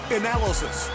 analysis